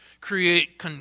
create